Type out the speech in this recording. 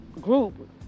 group